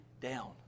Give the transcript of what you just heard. down